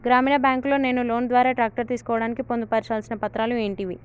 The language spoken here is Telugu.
గ్రామీణ బ్యాంక్ లో నేను లోన్ ద్వారా ట్రాక్టర్ తీసుకోవడానికి పొందు పర్చాల్సిన పత్రాలు ఏంటివి?